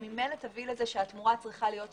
ממילא תביא לזה שהתמורה צריכה להיות שוויונית.